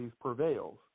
prevails